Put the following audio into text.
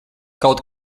kaut